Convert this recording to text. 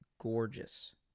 gorgeous